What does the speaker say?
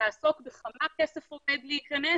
שתעסוק בכמה כסף עומד להיכנס